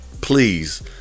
please